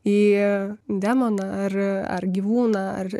į demoną ar ar gyvūną ar